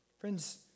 Friends